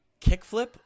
kickflip